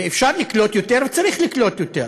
ואפשר לקלוט יותר וצריך לקלוט יותר,